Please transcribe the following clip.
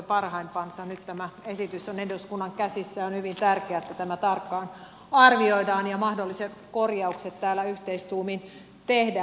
nyt tämä esitys on eduskunnan käsissä ja on hyvin tärkeää että tämä tarkkaan arvioidaan ja mahdolliset korjaukset täällä yhteistuumin tehdään